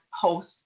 post